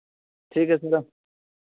ठीक है सर